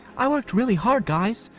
i worked really hard guys.